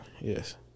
yes